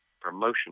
Promotion